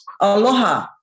Aloha